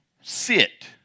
sit